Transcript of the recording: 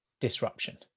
disruption